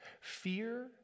Fear